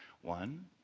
One